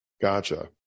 Gotcha